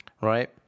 right